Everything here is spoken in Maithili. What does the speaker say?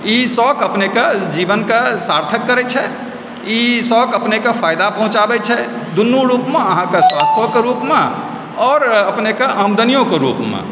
ई शोक अपनेके जीवनके सार्थक करै छै ई शोक अपनेके फायदा पहुँचाबै छै दुनु रूपमे अहाँ के स्वास्थ्योके रूपमे आओर अपनेके आमदनियोके रूपमे